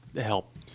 help